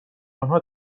آنها